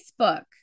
Facebook